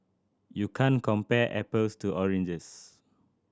you can't compare apples to oranges